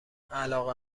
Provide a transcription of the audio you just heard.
علاقه